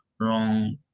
wrong